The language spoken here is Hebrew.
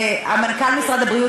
מנכ"ל משרד הבריאות,